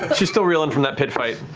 she's still reeling from that pit fight.